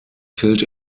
killed